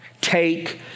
Take